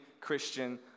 Christian